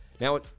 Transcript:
Now